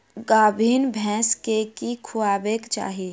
गाभीन भैंस केँ की खुएबाक चाहि?